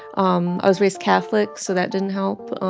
um i was raised catholic, so that didn't help.